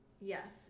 Yes